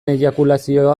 eiakulazioa